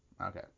Okay